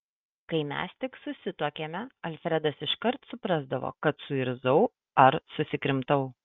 kai mes tik susituokėme alfredas iškart suprasdavo kad suirzau ar susikrimtau